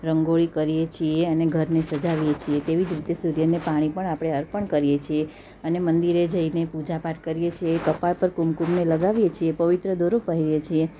રંગોળી કરીએ છીએ અને ઘરને સજાવીએ છીએ તેવી જ રીતે સૂર્યને પાણી પણ આપણે અર્પણ કરીએ છીએ અને મંદિરે જઈને પૂજા પાઠ કરીએ છીએ કપાળ પર કુમકુમને લગાવીએ છીએ પવિત્ર દોરો પહેરીએ છીએ